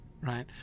Right